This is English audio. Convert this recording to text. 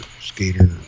skater